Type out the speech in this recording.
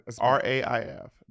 R-A-I-F